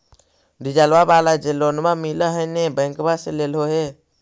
डिजलवा वाला जे लोनवा मिल है नै बैंकवा से लेलहो हे?